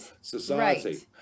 society